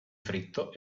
fritto